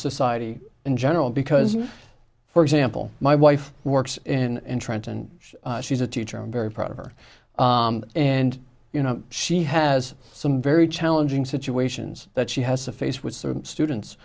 society in general because for example my wife works in trenton nj she's a teacher i'm very proud of her and you know she has some very challenging situations that she has to face with certain students